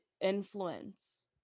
influence